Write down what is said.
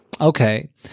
Okay